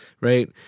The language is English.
right